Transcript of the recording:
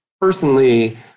personally